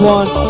one